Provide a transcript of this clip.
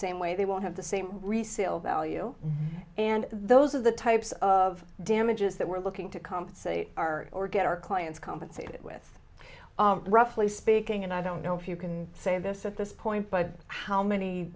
same way they won't have the same resale value and those are the types of damages that we're looking to compensate our or get our clients compensated with roughly speaking and i don't know if you can say this at this point but how many